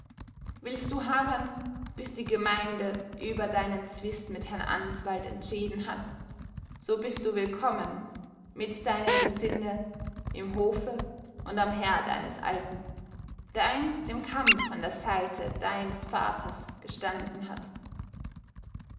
willst du harren bis die gemeinde über deinen zwist mit herrn answald entschieden hat so bist du willkommen mit deinem gesinde im hofe und am herd eines alten der einst im kampf an der seite deines vaters gestanden hat